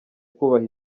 kubaha